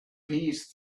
peace